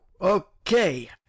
Okay